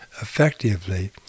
effectively